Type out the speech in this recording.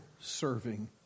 serving